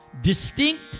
Distinct